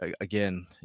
again